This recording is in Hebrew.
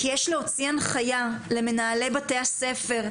כי יש להוציא הנחייה למנהלי בתי הספר,